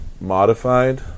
modified